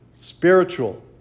spiritual